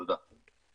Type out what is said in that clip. תודה.